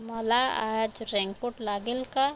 मला आज रेनकोट लागेल का